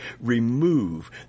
remove